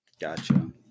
gotcha